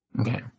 Okay